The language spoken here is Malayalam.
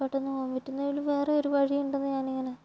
പെട്ടെന്ന് പോവാന് പറ്റുന്ന വേറെ ഒരു വഴി ഉണ്ടെന്ന് ഞാനിങ്ങനെ